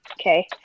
Okay